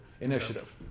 Initiative